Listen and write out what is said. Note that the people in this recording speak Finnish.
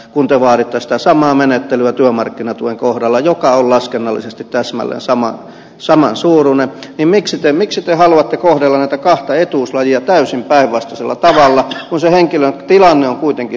kun te vaaditte sitä samaa menettelyä työmarkkinatuen kohdalla joka on laskennallisesti täsmälleen samansuuruinen niin miksi te haluatte kohdella näitä kahta etuuslajia täysin päinvastaisella tavalla kun sen henkilön tilanne on kuitenkin sama